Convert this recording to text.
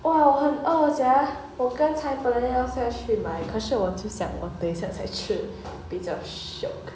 !wah! 我很饿 sia 我刚才本来要下去买可是我就想我等下再吃比较 shiok